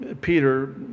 Peter